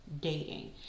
dating